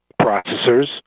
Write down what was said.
processors